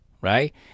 right